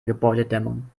gebäudedämmung